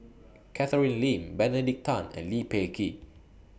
Catherine Lim Benedict Tan and Lee Peh Gee